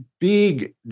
big